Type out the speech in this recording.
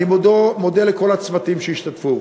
אני מודה לכל הצוותים שהשתתפו.